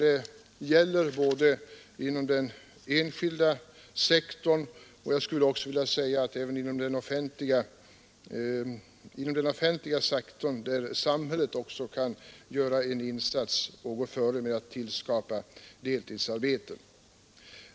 Detta gäller inom den enskilda sektorn, men även inom den offentliga sektorn bör samhället göra en insats och gå före med att tillskapa deltidsarbete.